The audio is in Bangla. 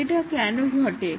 এটা কেন ঘটে